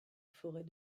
forêt